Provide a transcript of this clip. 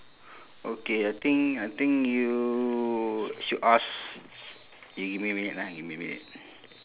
okay I think I think you should ask K give me a minute ah give me a minute